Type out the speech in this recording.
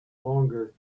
longer